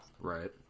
Right